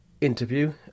interview